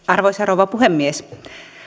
arvoisa rouva puhemies